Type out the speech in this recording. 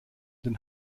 den